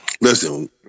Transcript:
Listen